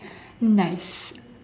nice